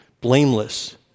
Blameless